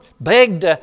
begged